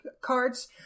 cards